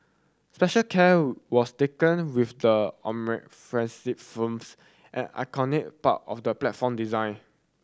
special care was taken with the firms an iconic part of the platform design